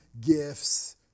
gifts